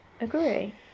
Agree